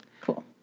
Cool